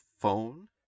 phone